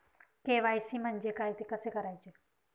KYC म्हणजे काय? ते कसे करायचे?